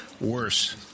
worse